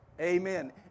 Amen